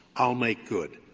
i'll make good.